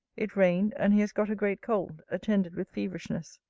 it rained and he has got a great cold, attended with feverishness,